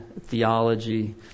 theology